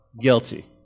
Guilty